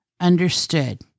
understood